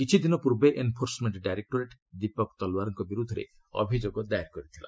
କିଛିଦିନ ପୂର୍ବେ enforcement directorate Deepak ତଲ୍ୱାର୍ଙ୍କ ବିରୁଦ୍ଧରେ ଅଭିଯୋଗ ଦାଏର କରିଥିଲା